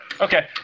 Okay